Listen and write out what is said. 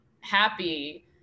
happy